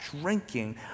drinking